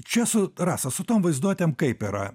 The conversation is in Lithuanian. čia su rasa su tom vaizduotėm kaip yra